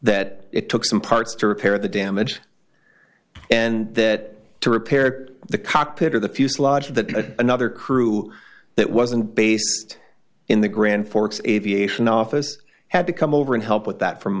that it took some parts to repair the damage and that to repair the cockpit of the fuselage that another crew that wasn't based in the grand forks aviation office had to come over and help with that from